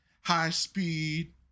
high-speed